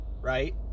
Right